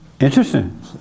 interesting